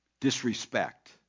disrespect